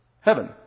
Heaven